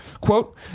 Quote